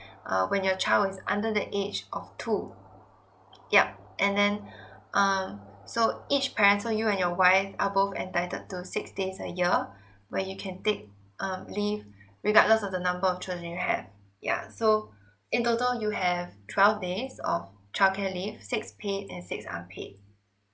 uh when your child is under the age of two yup and then um so each parents so you and your wife are both entitled to six days a year where you can take um leave regardless of the number of children you have yeah so in total you have twelve days of childcare leave six paid and six unpaid